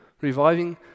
reviving